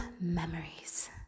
memories